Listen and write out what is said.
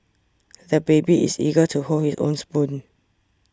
the baby is eager to hold his own spoon